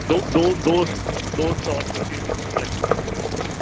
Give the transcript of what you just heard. ਦੋ ਦੋ ਦੋ ਦੋ ਸਟੋਲ ਤੁਸੀਂ ਸਲੈਕਟ ਕਰ ਲਓ ਕੋਈ